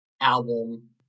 album